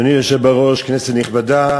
אדוני היושב בראש, כנסת נכבדה,